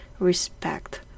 respect